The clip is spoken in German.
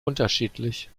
unterschiedlich